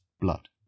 blood